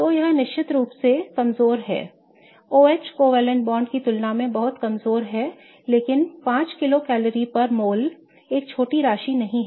तो यह निश्चित रूप से कमजोर है OH सहसंयोजक बॉन्ड की तुलना में बहुत कमजोर है लेकिन 5 किलो कैलोरी प्रति मोल एक छोटी राशि नहीं है